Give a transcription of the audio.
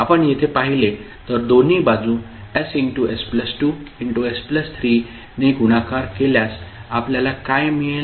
आपण येथे पाहिले तर दोन्ही बाजू s s2 s3 ने गुणाकार केल्यास आपल्याला काय मिळेल